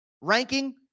ranking